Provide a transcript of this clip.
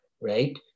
right